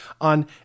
on